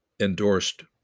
endorsed